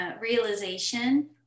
realization